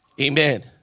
Amen